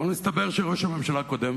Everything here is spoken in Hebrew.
אבל מסתבר שראש הממשלה הקודם,